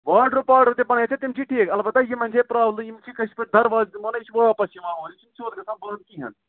ward روٗب پارڈ روٗب یِم ژےٚ بنٲوِتھ تِم چھِ ٹھیٖک اَلبتہٕ یِمَن چھےٚ پرابلِم یِم چھِ کٲشِرۍ پٲٹھۍ دَروازٕ دِمو نا یِہِ چھُ واپَس یِوان اورٕ یہِ چھُنہٕ سیٚود گژھان بنٛد کِہیٖنۍ